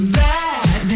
bad